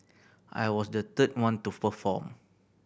I was the third one to perform